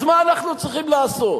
אז מה אנחנו צריכים לעשות?